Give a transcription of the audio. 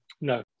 No